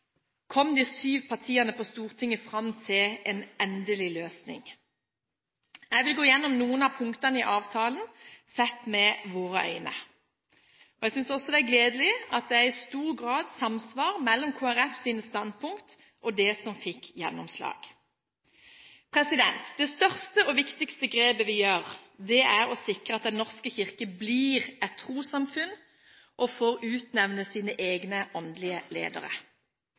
kom de syv partiene på Stortinget fram til en endelig løsning. Jeg vil gå gjennom noen av punktene i avtalen – sett med våre øyne. Jeg synes også det er gledelig at det i stor grad er samsvar mellom Kristelig Folkepartis standpunkt og det som fikk gjennomslag. Det største og viktigste grepet vi gjør, er å sikre at Den norske kirke blir et trossamfunn og får utnevne sine egne åndelige ledere.